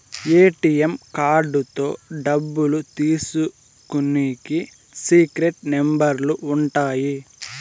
ATM కార్డుతో డబ్బులు తీసుకునికి సీక్రెట్ నెంబర్లు ఉంటాయి